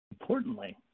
Importantly